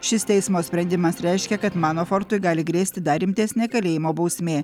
šis teismo sprendimas reiškia kad manafortui gali grėsti dar rimtesnė kalėjimo bausmė